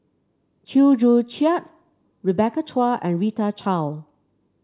Chew Joo Chiat Rebecca Chua and Rita Chao